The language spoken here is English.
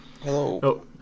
Hello